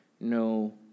no